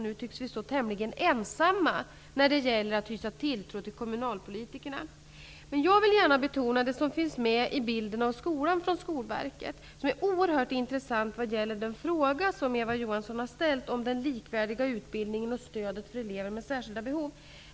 Nu tycks vi stå tämligen ensamma om att hysa tilltro till kommunalpolitikerna. Jag vill gärna betona Skolverkets bild av skolan. Det är oerhört intressant vad gäller den fråga som Eva Johansson har ställt om den likvärdiga utbildningen och stödet för elever med särskilda behov.